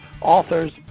authors